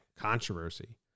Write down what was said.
controversy